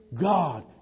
God